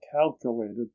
calculated